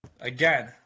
Again